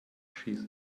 she